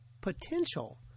potential